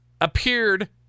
appeared